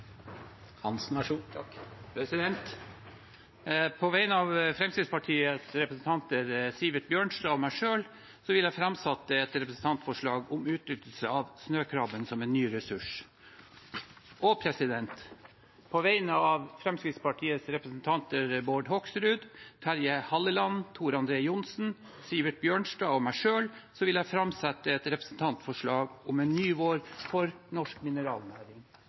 På vegne av Fremskrittsparti-representanten Sivert Bjørnstad og meg selv vil jeg framsette et representantforslag om bedre utnyttelse av snøkrabberessursene. På vegne av Fremskrittsparti-representantene Bård Hoksrud, Terje Halleland, Tor André Johnsen, Sivert Bjørnstad og meg selv vil jeg framsette et representantforslag om en ny vår for